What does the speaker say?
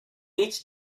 each